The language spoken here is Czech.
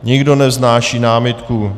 Nikdo nevznáší námitku.